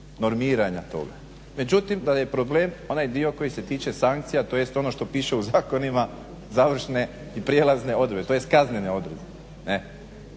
normiranja toga. Međutim da je problem onaj dio koji se tiče sankcija tj. ono što piše u zakonima završne i prijelazne odredbe tj. kaznene odredbe.